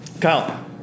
Kyle